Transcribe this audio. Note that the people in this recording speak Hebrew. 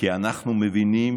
כי אנחנו מבינים